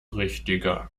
richtige